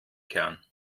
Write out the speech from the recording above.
kern